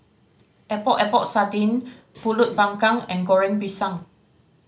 Epok Epok Sardin Pulut Panggang and Goreng Pisang